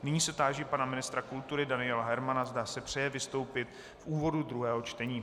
Nyní se táži pana ministra kultury Daniela Hermana, zda si přeje vystoupit v úvodu druhého čtení.